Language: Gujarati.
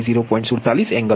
47 એંગલ 175